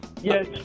Yes